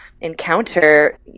encounter